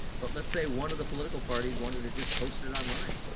but let's say one of the political parties wanted to just post it it online?